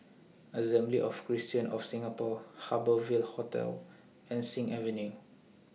Assembly of Christians of Singapore Harbour Ville Hotel and Sing Avenue